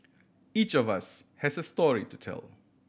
each of us has a story to tell